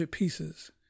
pieces